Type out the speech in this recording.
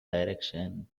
direction